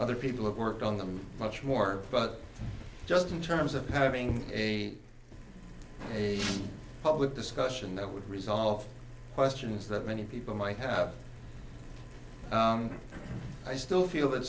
other people who worked on them much more but just in terms of having a a public discussion that would resolve questions that many people might have i still feel that